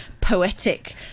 poetic